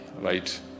right